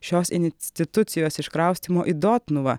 šios institucijos iškraustymo į dotnuvą